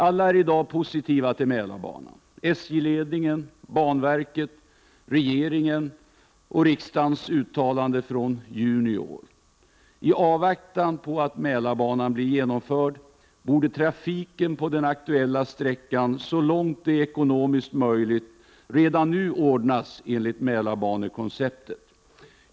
Alla är i dag positiva till Mälarbanan: SJ-ledningen, banverket, regeringen och riksdagen, enligt uttalandet i juni i år. I avvaktan på att Mälarbanan blir genomförd borde trafiken på den aktuella sträckan så långt det är ekonomiskt möjligt redan nu ordnas enligt Mälarbanekonceptet.